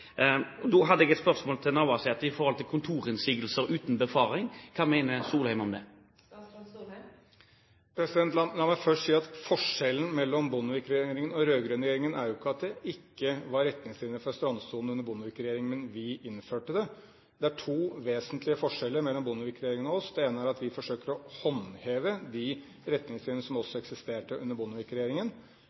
Da hadde jeg et spørsmål til statsråd Navarsete om kontorinnsigelser uten befaring. Hva mener statsråd Solheim om det? La meg først si at forskjellen mellom Bondevik-regjeringen og den rød-grønne regjeringen er jo ikke at det ikke var retningslinjer for strandsonen under Bondevik-regjeringen, men det var vi som innførte det. Det er to vesentlige forskjeller mellom Bondevik-regjeringen og oss. Det ene er at vi forsøker å håndheve de retningslinjene som også eksisterte under